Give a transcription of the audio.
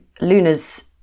Luna's